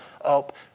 up